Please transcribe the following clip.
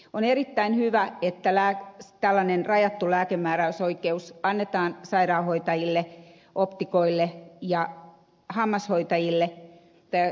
on erittäin hyvä että tällainen rajattu lääkemääräysoikeus annetaan sairaanhoitajille optikoille ja suuhygienisteille